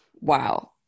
wow